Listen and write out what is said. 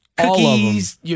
cookies